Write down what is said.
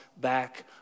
back